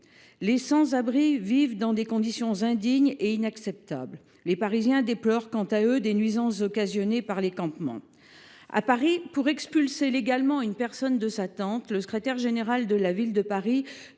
Les sans abri vivent dans des conditions indignes et inacceptables. Les Parisiens déplorent, quant à eux, les nuisances occasionnées par les campements. À Paris, pour expulser légalement une personne de sa tente, le secrétariat général de la ville doit